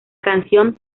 canción